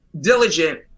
diligent